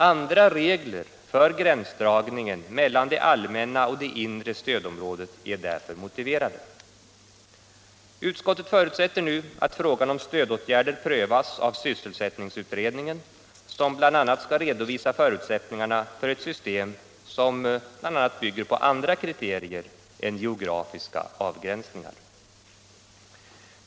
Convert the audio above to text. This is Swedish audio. Andra regler för gränsdragningen mellan det allmänna och det inre stödområdet är därför motiverade. Utskottet förutsätter nu att frågan om stödåtgärder prövas av sysselsättningsutredningen, som t.ex. skall redovisa förutsättningarna för ett system som bl.a. bygger på andra kriterier än geografiska avgränsningar.